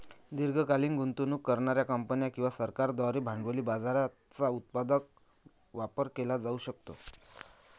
दीर्घकालीन गुंतवणूक करणार्या कंपन्या किंवा सरकारांद्वारे भांडवली बाजाराचा उत्पादक वापर केला जाऊ शकतो